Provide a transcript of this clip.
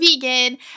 vegan